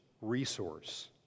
resource